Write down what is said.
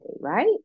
right